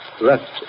left